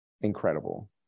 Incredible